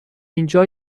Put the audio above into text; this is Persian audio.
اینجا